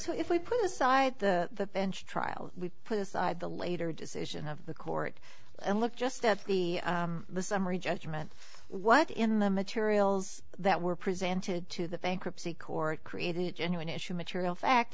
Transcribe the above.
so if we put aside the bench trial we put aside the later decision of the court and look just at the the summary judgment what in the materials that were presented to the bankruptcy court create a new an issue material fact